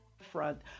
front